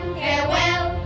farewell